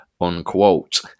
unquote